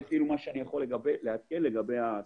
זה מה שאני יכול לעדכן לגבי הסטטוס.